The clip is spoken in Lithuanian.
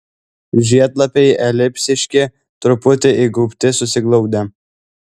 žiedlapiai elipsiški truputį įgaubti susiglaudę